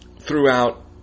throughout